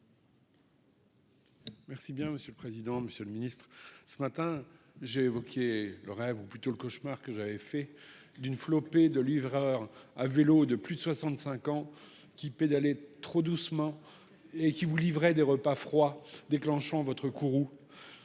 Merci bien. Monsieur le Président, Monsieur le Ministre, ce matin j'ai évoqué le rêve ou plutôt le cauchemar que j'avais fait d'une flopée de livreurs à vélo de plus de 65 ans qui paie d'aller trop doucement et qui vous livrer des repas froids déclenchant votre courroux.